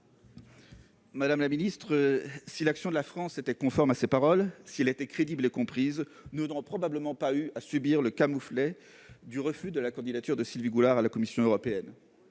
Madame la secrétaire d'État, si l'action de la France était conforme à ses paroles, crédible et comprise, nous n'aurions probablement pas eu à subir le camouflet du refus de la candidature de Sylvie Goulard à la Commission européenne